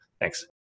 Thanks